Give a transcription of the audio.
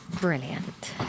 Brilliant